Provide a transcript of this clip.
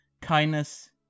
kindness